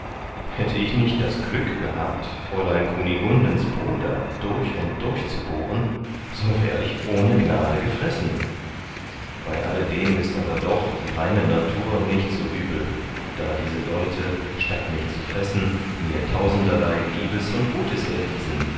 hätt ich nicht das glück gehabt fräulein kunigundens bruder durch und durch zu bohren so wär ich ohne gnade gefressen bei alledem ist aber doch die reine natur nicht so übel da diese leute statt mich zu fressen mir tausenderlei liebes und gutes erwiesen